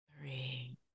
three